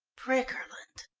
briggerland!